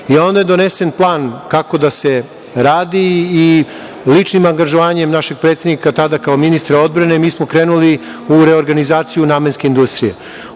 njih. Onda je donesen plan kako da se radi i ličnim angažovanjem našeg predsednika, tada kao ministra odbrane, mi smo krenuli u reorganizaciju namenske industrije.